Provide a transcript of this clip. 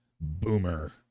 boomer